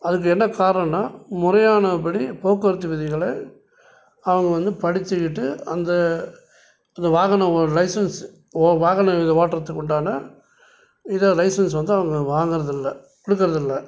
அதுக்கு என்ன காரணன்னால் முறையான படி போக்குவரத்து விதிகளை அவங்க வந்து படித்துக்கிட்டு அந்த அந்த வாகனம் ஓ லைசன்ஸ் ஓ வாகன ஓட்டுறத்துக்கு உண்டான இதை லைசன்ஸ் வந்து அவங்க வாங்கறதில்லை கொடுக்கறதில்ல